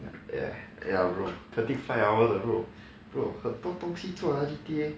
ya ya bro thirty five hours bro bro 很多东西做的 G_T_A